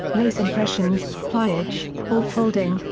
lace impressions, pliage or folding,